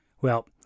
Well